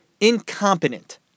incompetent